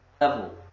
level